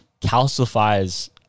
calcifies